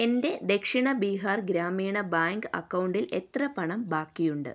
എൻ്റെ ദക്ഷിണ ബിഹാർ ഗ്രാമീണ ബാങ്ക് അക്കൗണ്ടിൽ എത്ര പണം ബാക്കിയുണ്ട്